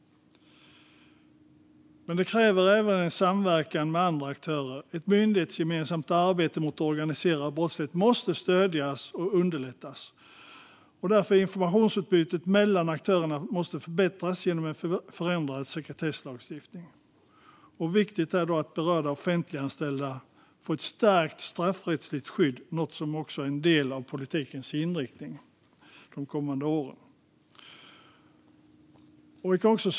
Detta kräver även en samverkan med andra aktörer. Ett myndighetsgemensamt arbete mot organiserad brottslighet måste stödjas och underlättas. Informationsutbytet mellan aktörerna måste förbättras genom en förändrad sekretesslagstiftning. Viktigt är då att berörda offentliganställda får ett stärkt straffrättsligt skydd, något som också är en del av politikens inriktning de kommande åren.